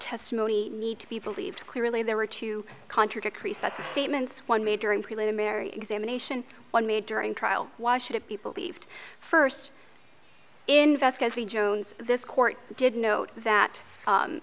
testimony need to be believed clearly there were two contradictory sets of statements one made during preliminary examination one made during trial why should it be believed first invest as we jones this court did note that